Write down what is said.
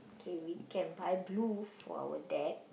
K we can buy blue for our dad